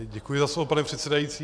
Děkuji za slovo, pane předsedající.